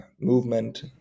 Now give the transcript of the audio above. movement